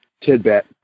tidbit